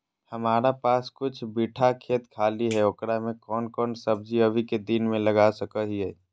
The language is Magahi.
हमारा पास कुछ बिठा खेत खाली है ओकरा में कौन कौन सब्जी अभी के दिन में लगा सको हियय?